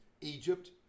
Egypt